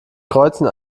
kreuzchen